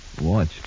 Watch